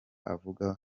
avuga